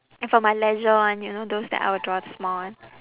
and for my leisure one you know those that I will draw the small one